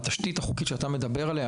התשתית החוקית שאתה מדבר עליה,